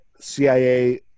CIA